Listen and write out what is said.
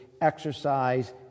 exercise